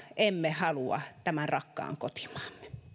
emme halua tämän rakkaan kotimaamme